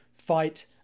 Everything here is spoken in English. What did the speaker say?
fight